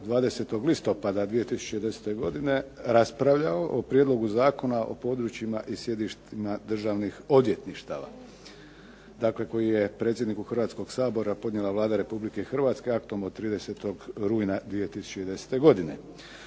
20. listopada 2010. godine raspravljao o prijedlogu Zakona o područjima i sjedištima državnih odvjetništava, dakle koji je predsjedniku Hrvatskog sabora podnijela Vlada Republike Hrvatske aktom od 30. rujna 2010. godine.